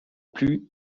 plus